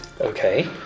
Okay